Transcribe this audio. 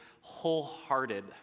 wholehearted